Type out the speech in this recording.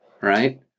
right